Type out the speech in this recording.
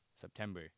september